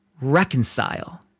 reconcile